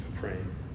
praying